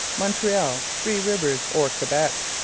montreal, three rivers, or quebec.